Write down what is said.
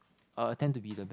uh I tend to be the best